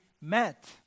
met